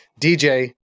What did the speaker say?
DJ